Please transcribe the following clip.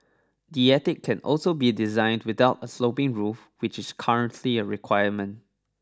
the attic can also be designed without a sloping roof which is currently a requirement